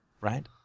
Right